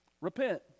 Repent